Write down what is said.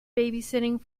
babysitting